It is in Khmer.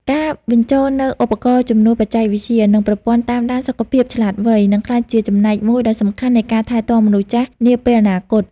ការបញ្ចូលនូវឧបករណ៍ជំនួយបច្ចេកវិទ្យា និងប្រព័ន្ធតាមដានសុខភាពឆ្លាតវៃ នឹងក្លាយជាចំណែកមួយដ៏សំខាន់នៃការថែទាំមនុស្សចាស់នាពេលអនាគត។